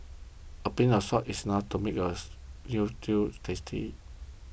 a pinch of salt is enough to make a Veal Stew tasty